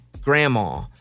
grandma